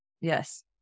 yes